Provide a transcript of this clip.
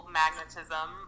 magnetism